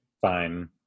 fine